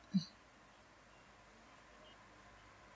mm